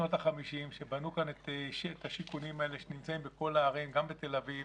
בשנות החמישים שבנו כאן את השיכונים שנמצאים בכל הערים גם בתל אביב